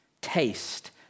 taste